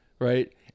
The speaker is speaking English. right